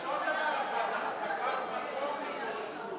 יש עוד דבר אחד, החזקת מקום לצורך זנות.